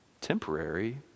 temporary